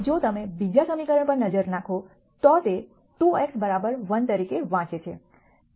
જો તમે બીજા સમીકરણ પર નજર નાખો તો તે 2x 1 તરીકે વાંચે છે